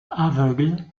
aveugle